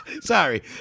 Sorry